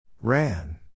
Ran